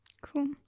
cool